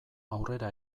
aurrera